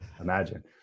Imagine